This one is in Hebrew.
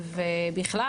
ובכלל